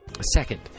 Second